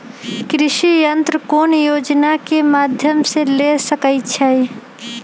कृषि यंत्र कौन योजना के माध्यम से ले सकैछिए?